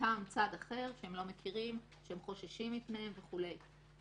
צד שהם לא מכירים, שהם חוששים מפניו וכו'.